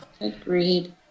Agreed